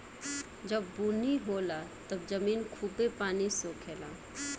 जब बुनी होला तब जमीन खूबे पानी सोखे ला